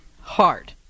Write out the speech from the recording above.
hard